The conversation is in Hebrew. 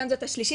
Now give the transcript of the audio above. כאן זאת השלישית,